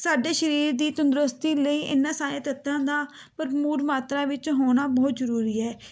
ਸਾਡੇ ਸਰੀਰ ਦੀ ਤੰਦਰੁਸਤੀ ਲਈ ਇਹਨਾਂ ਸਾਰੇ ਤੱਤਾਂ ਦਾ ਭਰਪੂਰ ਮਾਤਰਾ ਵਿੱਚ ਹੋਣਾ ਬਹੁਤ ਜ਼ਰੂਰੀ ਹੈ